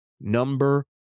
Number